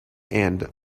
and